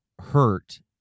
hurt